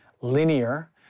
linear